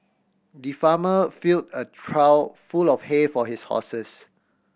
the farmer filled a trough full of hay for his horses